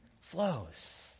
flows